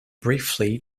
briefly